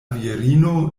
virino